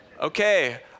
Okay